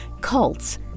Cults